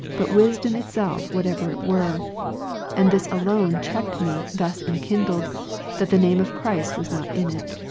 but wisdom itself whatever it were and this alone checked me thus enkindled, that the name of christ was not in it.